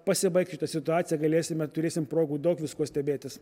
pasibaigs šita situacija galėsime turėsim progų daug viskuo stebėtis